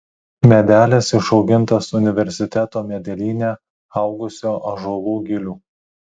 medelis išaugintas universiteto medelyne augusio ąžuolo gilių